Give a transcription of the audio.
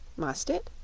must it?